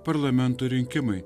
parlamento rinkimai